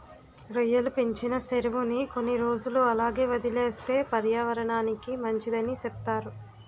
రొయ్యలు పెంచిన సెరువుని కొన్ని రోజులు అలాగే వదిలేస్తే పర్యావరనానికి మంచిదని సెప్తారు